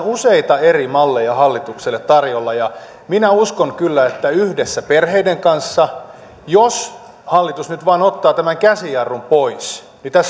useita eri malleja hallitukselle tarjolla minä uskon kyllä että yhdessä perheiden kanssa jos hallitus nyt vain ottaa tämän käsijarrun pois